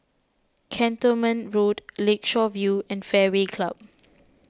Cantonment Road Lakeshore View and Fairway Club